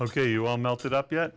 ok you all melted up yet